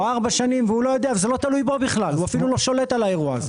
ארבע שנים כאשר זה בכלל לא תלוי בו והוא אפילו לא שולט על האירוע הזה.